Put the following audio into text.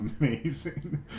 amazing